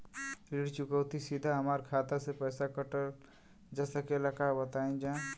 ऋण चुकौती सीधा हमार खाता से पैसा कटल जा सकेला का बताई जा?